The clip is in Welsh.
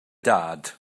dad